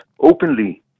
openly